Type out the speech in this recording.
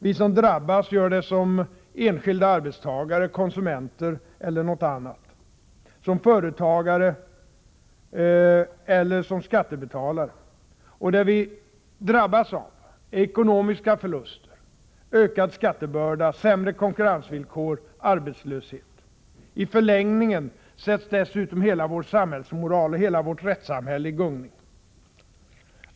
Vi som drabbas drabbas som enskilda arbetstagare, konsumenter eller något annat, som företagare eller som skattebetalare. Och det vi drabbas av är ekonomiska förluster, ökad skattebörda, sämre konkurrensvillkor, arbetslöshet. I förlängningen sätts dessutom hela vår samhällsmoral och hela vårt rättssamhälle i gungning.